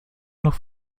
noch